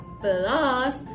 plus